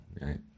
Right